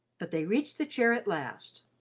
but they reached the chair at last.